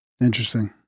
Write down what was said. interesting